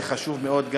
גם זה חשוב מאוד.